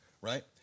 right